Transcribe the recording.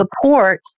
support